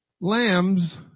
lambs